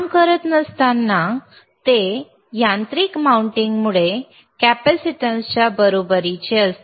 काम करत नसताना ते यांत्रिक माउंटिंगमुळे कॅपेसिटन्सच्या बरोबरीचे असते